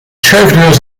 schuifdeur